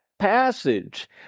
passage